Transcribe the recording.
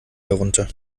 herunter